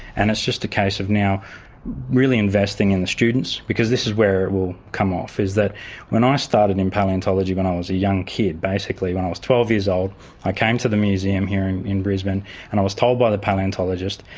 and is just a case of now really investing in the students, because this is where it will come off is that when i started in palaeontology when i was a young kid, basically when i was twelve years old i came to the museum here in in brisbane and i was told by the palaeontologist,